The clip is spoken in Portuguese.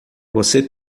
você